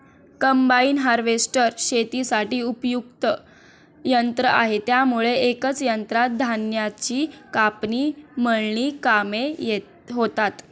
combine harvester शेतीसाठी उपयुक्त यंत्र आहे त्यामुळे एकाच यंत्रात धान्याची कापणी, मळणी कामे होतात